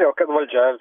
jo kad valdžia